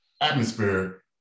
atmosphere